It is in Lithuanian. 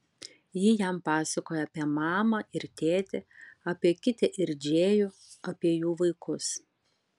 ji jam pasakoja apie mamą ir tėtį apie kitę ir džėjų apie jų vaikus